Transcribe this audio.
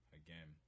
again